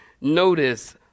Notice